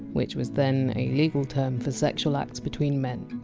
which was then a legal term for sexual acts between men.